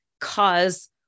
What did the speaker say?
cause